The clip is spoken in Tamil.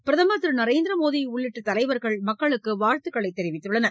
பிரதமர் திரு நரேந்திர மோடி உள்ளிட்ட தலைவர்கள் மக்களுக்கு வாழ்த்துத் தெரிவித்துள்ளனர்